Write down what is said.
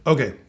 Okay